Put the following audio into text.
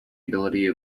ability